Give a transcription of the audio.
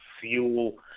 fuel